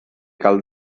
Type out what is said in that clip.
cal